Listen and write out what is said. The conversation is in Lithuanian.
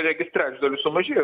regis trečdaliu sumažėjo